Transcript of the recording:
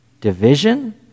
division